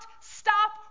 stop